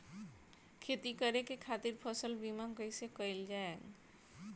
खेती करे के खातीर फसल बीमा कईसे कइल जाए?